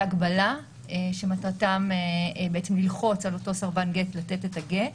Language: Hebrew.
הגבלה שמטרתם ללחוץ על אותו סרבן גט לתת את הגט.